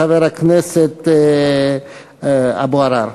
חבר הכנסת אבו עראר.